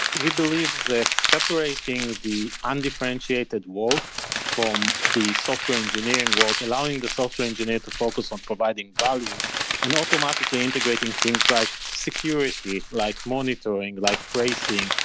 we believe that separating the undifferentiated work from the software engineering work, allowing the software engineer to focus on providing value and automatically integrating things, like security, like monitoring, like tracing,